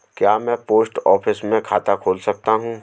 क्या मैं post office में खाता खोल सकता हूँ?